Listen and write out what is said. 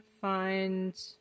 Find